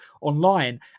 online